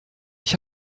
ich